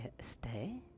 stay